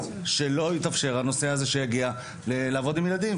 שלא יתאפשר הנושא הזה שיגיע לעבוד עם ילדים.